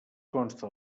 consta